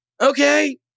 okay